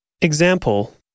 Example